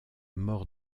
mort